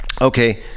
Okay